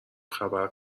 خبر